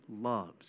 loves